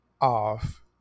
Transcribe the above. off